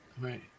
right